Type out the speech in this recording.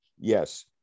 yes